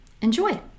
Enjoy